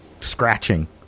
scratching